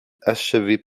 achevée